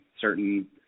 certain